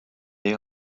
they